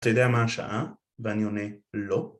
אתה יודע מה השעה? ואני עונה: לא